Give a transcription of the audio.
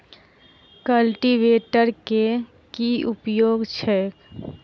Cultivator केँ की उपयोग छैक?